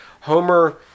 Homer